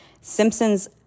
Simpsons